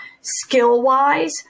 skill-wise